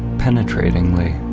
penetratingly,